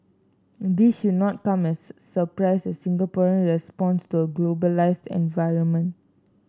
this should not come as surprise as Singaporean responds to a globalised environment